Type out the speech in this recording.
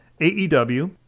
AEW